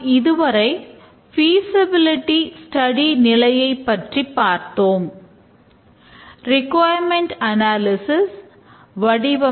நாம் இதுவரை ஃபிசபிலிடிஸ்டடி